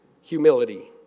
humility